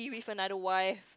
give another wife